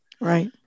Right